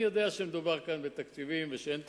אני יודע שמדובר פה בתקציבים, ושאין תקציבים,